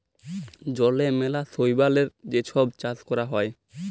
জলে ম্যালা শৈবালের যে ছব চাষ ক্যরা হ্যয়